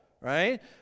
right